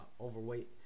overweight